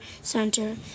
Center